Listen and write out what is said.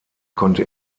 konnte